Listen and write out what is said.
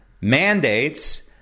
mandates